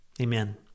Amen